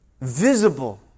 Visible